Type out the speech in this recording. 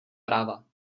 práva